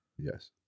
Yes